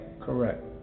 correct